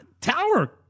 tower